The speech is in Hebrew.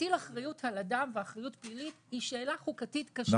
להטיל אחריות על אדם ואחריות פלילית היא שאלה חוקתית קשה,